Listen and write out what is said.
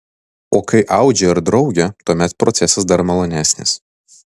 o kai audžia ir draugė tuomet procesas dar malonesnis